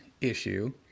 issue